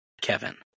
Kevin